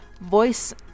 voice